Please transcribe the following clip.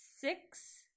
six